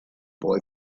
boy